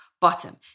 bottom